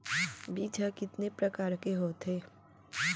बीज ह कितने प्रकार के होथे?